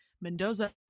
Mendoza